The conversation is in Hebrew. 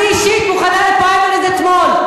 אני אישית מוכנה לפריימריז אתמול.